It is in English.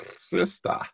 Sister